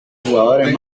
jugadores